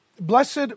blessed